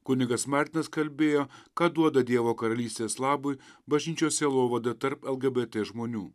kunigas martinas kalbėjo ką duoda dievo karalystės labui bažnyčios sielovada tarp lgbt žmonių